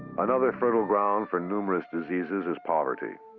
another fertile ground for numerous diseases is poverty.